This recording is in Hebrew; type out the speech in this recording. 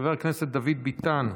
חבר הכנסת דוד ביטן,